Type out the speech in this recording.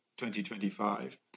2025